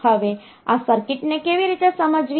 હવે આ સર્કિટને કેવી રીતે સમજવી